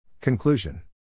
Conclusion